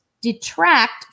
detract